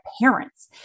parents